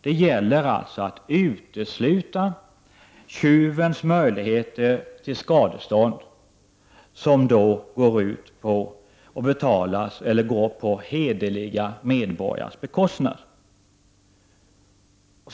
Det gäller att utesluta tjuvens möjligheter till skadestånd, skadestånd som hederliga medborgare kan få betala.